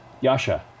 Yasha